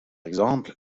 exemple